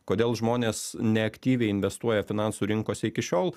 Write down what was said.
kodėl žmonės neaktyviai investuoja finansų rinkose iki šiol